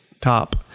top